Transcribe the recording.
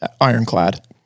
Ironclad